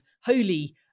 holy